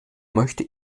möchte